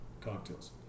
cocktails